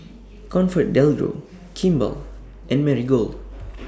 ComfortDelGro Kimball and Marigold